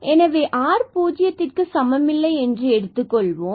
எனவே r பூஜ்ஜியத்திற்க்கு சமம் இல்லை என்று எடுத்துக் கொள்வோம்